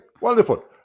wonderful